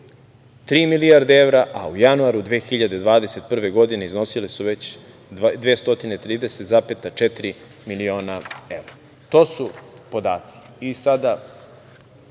milijarde evra, a u januaru 2021. godine iznosile su već 230,4 miliona evra. To su podaci i sada